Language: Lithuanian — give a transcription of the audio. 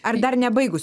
ar dar nebaigus